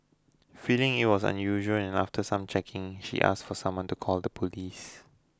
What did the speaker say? feeling it was unusual and after some checking she asked for someone to call the police